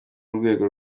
rwego